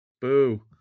boo